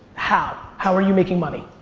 how, how are you making money?